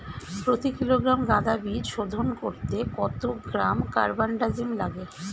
প্রতি কিলোগ্রাম গাঁদা বীজ শোধন করতে কত গ্রাম কারবানডাজিম লাগে?